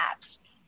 apps